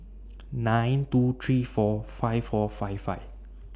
nine two three four five four five five